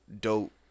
dope